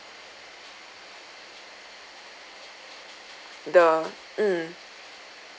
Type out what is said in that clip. the mm